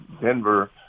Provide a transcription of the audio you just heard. Denver